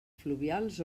fluvials